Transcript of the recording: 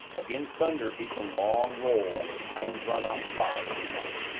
again thunder beat the long roll on its iron drum outside, in the night.